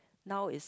now is